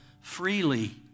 freely